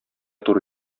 туры